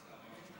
ואני נגד,